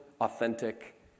authentic